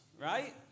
Right